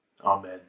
Amen